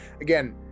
again